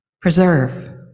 preserve